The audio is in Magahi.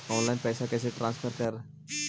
ऑनलाइन पैसा कैसे ट्रांसफर कैसे कर?